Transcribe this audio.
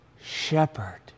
shepherd